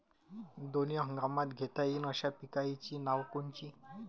दोनी हंगामात घेता येईन अशा पिकाइची नावं कोनची?